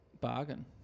Bargain